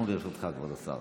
אנחנו לרשותך, כבוד השר.